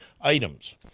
items